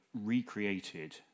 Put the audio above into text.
recreated